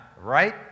right